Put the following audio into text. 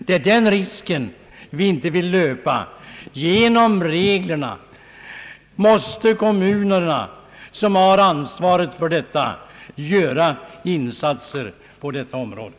Det är den risken vi inte vill löpa. Genom de nuvarande reglerna måste kommunerna, som har ansvaret för barntillsynen, själva göra insatser på området.